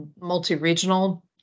multi-regional